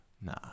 nah